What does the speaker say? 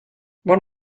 one